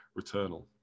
Returnal